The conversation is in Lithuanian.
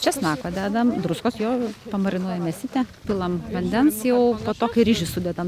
česnako dedam druskos jo pamarinuojam mėsytę pilam vandens jau po to kai ryžius sudedam